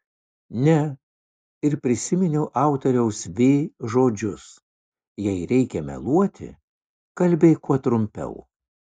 ne ir prisiminiau autoriaus v žodžius jei reikia meluoti kalbėk kuo trumpiau